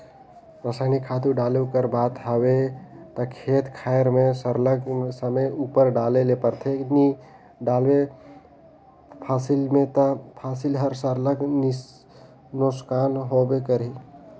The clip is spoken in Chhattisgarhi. रसइनिक खातू डाले कर बात हवे ता खेत खाएर में सरलग समे उपर डाले ले परथे नी डालबे फसिल में ता फसिल हर सरलग नोसकान होबे करही